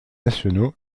nationaux